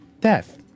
death